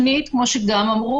שנית, כפי שגם אמרו